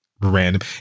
random